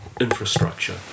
Infrastructure